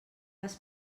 les